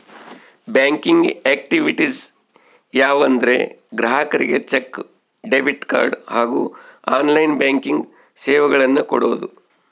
banking activities ಯಾವ ಅಂದರೆ ಗ್ರಾಹಕರಿಗೆ ಚೆಕ್, ಡೆಬಿಟ್ ಕಾರ್ಡ್ ಹಾಗೂ ಆನ್ಲೈನ್ ಬ್ಯಾಂಕಿಂಗ್ ಸೇವೆಗಳನ್ನು ಕೊಡೋದು